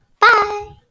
Bye